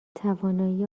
توانایی